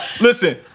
Listen